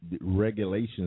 regulations